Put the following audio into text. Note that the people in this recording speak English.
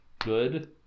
good